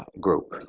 group.